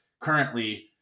currently